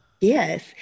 Yes